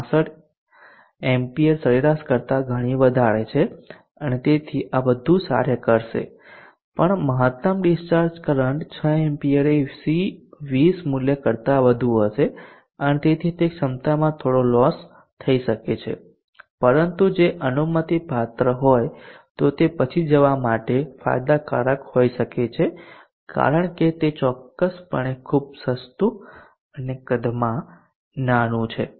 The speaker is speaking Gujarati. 65A સરેરાશ કરતા ઘણી વધારે છે અને તેથી આ વધુ સારું કાર્ય કરશે પણ મહત્તમ ડીસ્ચાર્જ કરંટ 6 A એ C20 મૂલ્ય કરતા વધુ હશે અને તેથી તે ક્ષમતામાં થોડો લોસ થઈ શકે છે પરંતુ જો તે અનુમતિપાત્ર હોય તો તે પછી જવા માટે ફાયદાકારક હોઈ શકે છે કારણ કે તે ચોક્કસપણે ખૂબ સસ્તું અને કદમાં નાનું છે